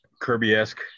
Kirby-esque